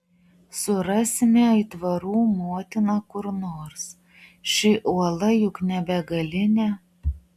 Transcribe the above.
surasime aitvarų motiną kur nors ši uola juk ne begalinė